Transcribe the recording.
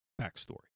backstory